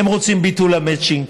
הם רוצים ביטול המצ'ינג,